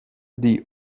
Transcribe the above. die